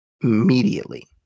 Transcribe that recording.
immediately